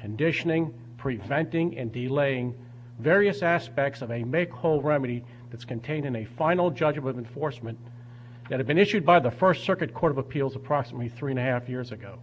conditioning preventing and delaying various aspects of a make whole remedy that's contained in a final judgment forstmann that have been issued by the first circuit court of appeals approximately three and a half years ago